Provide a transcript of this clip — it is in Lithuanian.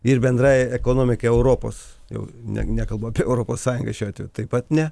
ir bendrai ekonomikai europos jau ne nekalbu apie europos sąjungą šiuo atveju taip pat ne